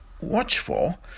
watchful